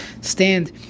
stand